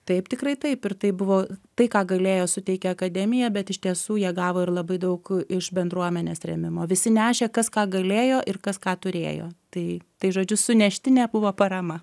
taip tikrai taip ir taip buvo tai ką galėjo suteikė akademija bet iš tiesų jie gavo ir labai daug iš bendruomenės rėmimo visi nešė kas ką galėjo ir kas ką turėjo tai tai žodžiu suneštinė buvo parama